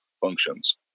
functions